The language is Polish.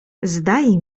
zdaje